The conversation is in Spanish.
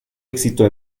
éxito